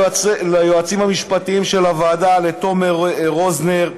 ליועצים המשפטיים של הוועדה: לתומר רוזנר,